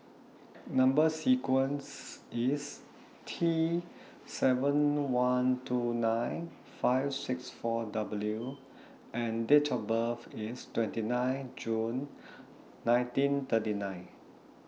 Number sequence IS T seven one two nine five six four W and Date of birth IS twenty nine June nineteen thirty nine